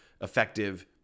effective